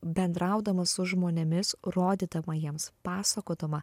bendraudama su žmonėmis rodydama jiems pasakodama